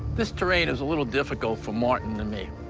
this terrain is a little difficult for martin and me.